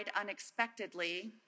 unexpectedly